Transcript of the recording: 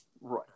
right